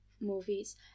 movies